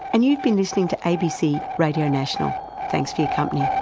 and you've been listening to abc radio national. thanks for your company. yeah